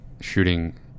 shooting